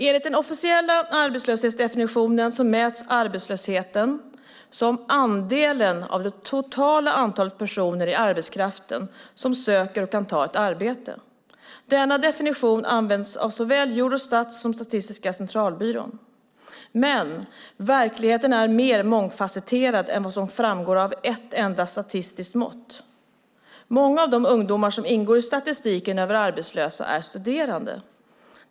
Enligt den officiella arbetslöshetsdefinitionen mäts arbetslösheten som andelen av det totala antalet personer i arbetskraften som söker och kan ta ett arbete. Denna definition används av såväl Eurostat som Statistiska centralbyrån. Men verkligheten är mer mångfacetterad än vad som framgår av ett enda statistiskt mått. Många av de ungdomar som ingår i statistiken över arbetslösa är studerande.